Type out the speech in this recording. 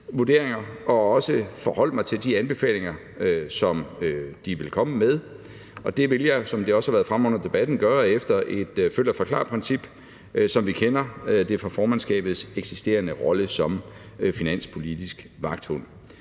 og også forholde mig til de anbefalinger, som de vil komme med, og det vil jeg, som det også har været fremme under debatten, gøre efter et følg og forklar-princip, som vi kender det fra formandskabets eksisterende rolle som finanspolitisk vagthund.